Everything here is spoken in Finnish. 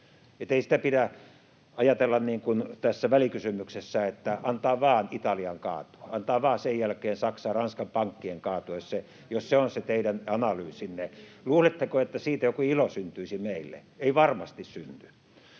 Ei sitä pidä ajatella, niin kuin tässä välikysymyksessä, että antaa vaan Italian kaatua, antaa vaan sen jälkeen Saksan ja Ranskan pankkien kaatua. Jos se on se teidän analyysinne, niin luuletteko, että siitä joku ilo syntyisi meille? Ei varmasti synny.